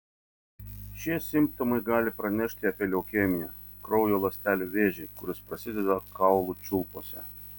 šie simptomai gali pranešti apie leukemiją kraujo ląstelių vėžį kuris prasideda kaulų čiulpuose